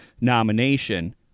nomination—